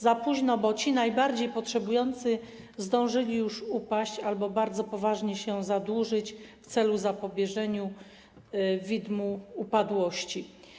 Za późno, bo ci najbardziej potrzebujący zdążyli już upaść albo bardzo poważnie się zadłużyć w celu zapobieżenia widmu upadłości.